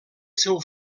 seu